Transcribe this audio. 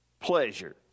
pleasure